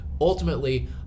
Ultimately